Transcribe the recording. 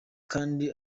kandi